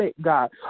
God